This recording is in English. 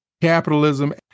capitalism